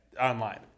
online